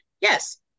yes